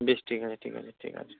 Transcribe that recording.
বেশ ঠিক আছে ঠিক আছে ঠিক আছে